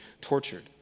tortured